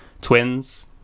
twins